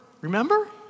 Remember